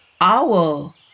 Owl